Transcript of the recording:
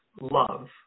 love